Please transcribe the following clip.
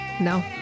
No